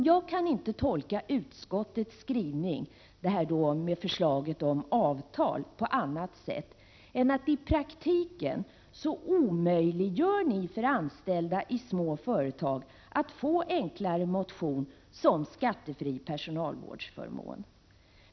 Jag kan inte tolka utskottets skrivning med förslaget om avtal på annat sätt än att ni i praktiken omöjliggör för anställda i små företag att få enklare motion som skattefri personalvårdsförmån.